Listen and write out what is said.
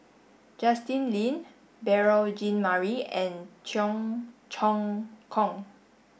Justin Lean Beurel Jean Marie and Cheong Choong Kong